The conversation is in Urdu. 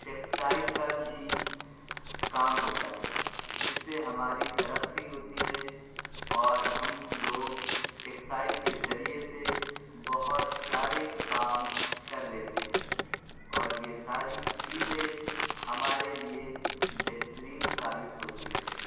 ٹیکسائل کا بھی کام ہوتا ہے جس سے ہماری ترقی ہوتی ہے اور ہم لوگ ٹیکسائل کے ذریعے سے بہت سارے کام کر لیتے ہیں اور یہ ساری چیزیں ہمارے لیے بہترین ثابت ہوتی ہے